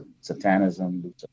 satanism